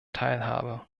teilhabe